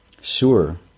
Sure